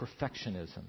perfectionism